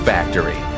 Factory